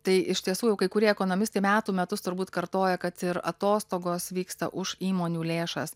tai iš tiesų jau kai kurie ekonomistai metų metus turbūt kartoja kad ir atostogos vyksta už įmonių lėšas